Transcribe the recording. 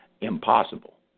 Impossible